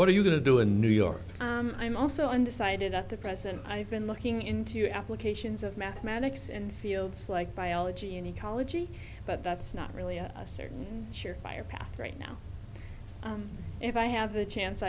what are you going to do in new york i'm also undecided at the present i've been looking into applications of mathematics and fields like biology and ecology but that's not really a certain sure fire path right now if i have a chance